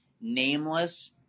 nameless